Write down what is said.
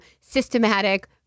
systematic